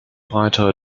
breite